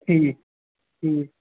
ٹھیٖک ٹھیٖک